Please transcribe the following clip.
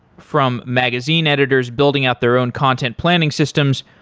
from magazine editors, building out their own content planning systems,